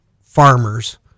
farmers